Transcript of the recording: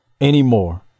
anymore